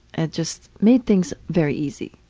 and just made things very easy.